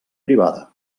privada